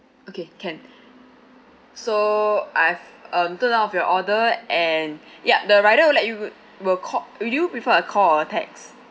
okay can so I've um took down of your order and ya the rider will let you would will call would you prefer a call or a text